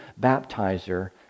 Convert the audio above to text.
baptizer